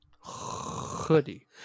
hoodie